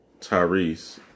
Tyrese